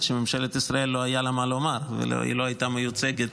שלממשלת ישראל לא היה מה לומר והיא לא הייתה מיוצגת.